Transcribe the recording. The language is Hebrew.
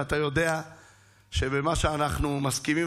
ואתה יודע שבמה שאנחנו מסכימים,